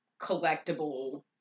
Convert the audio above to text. collectible